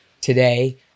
today